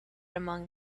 among